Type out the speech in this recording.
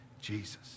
Jesus